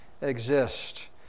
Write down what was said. exist